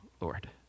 lord